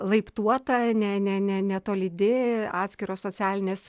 laiptuota ne ne ne netolydi atskiros socialinės